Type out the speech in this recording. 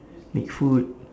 make food